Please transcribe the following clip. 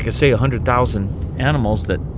ah say, a hundred thousand animals that